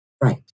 Right